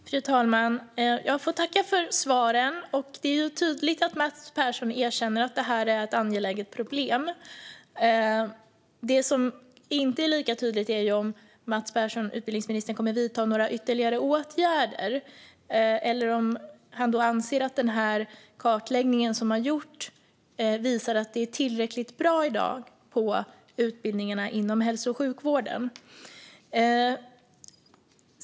Fru talman! Jag får tacka för svaren. Det är tydligt att Mats Persson erkänner att detta är ett angeläget problem. Det som inte är lika tydligt är om utbildningsministern kommer att vidta några ytterligare åtgärder eller om han anser att den kartläggning som gjorts visar att det i dag är tillräckligt bra på utbildningarna till hälso och sjukvårdsyrken.